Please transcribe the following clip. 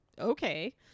okay